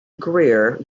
grier